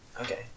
okay